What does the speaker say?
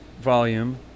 volume